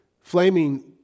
flaming